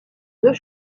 deux